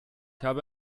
habe